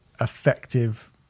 effective